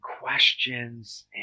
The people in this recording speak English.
questions